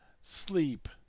Sleep